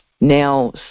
Now